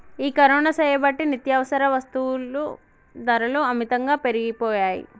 ఈ కరోనా సేయబట్టి నిత్యావసర వస్తుల ధరలు అమితంగా పెరిగిపోయాయి